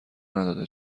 نداده